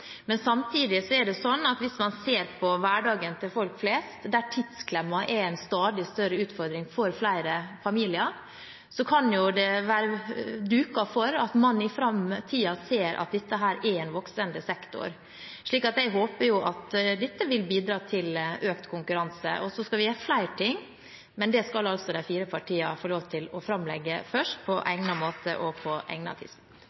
men samtidig, hvis man ser på hverdagen til folk flest, der tidsklemmen er en stadig større utfordring for flere familier, kan det være duket for at dette i framtiden blir en voksende sektor. Jeg håper at dette vil bidra til økt konkurranse. Vi skal gjøre flere ting, men det skal de fire partiene få lov til å legge fram først på egnet måte og på egnet tidspunkt.